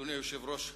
אדוני היושב-ראש,